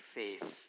faith